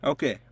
Okay